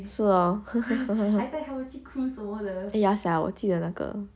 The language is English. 是 hor ya sia 我记得那个